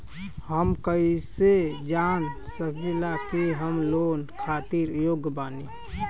हम कईसे जान सकिला कि हम लोन खातिर योग्य बानी?